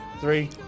Three